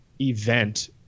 event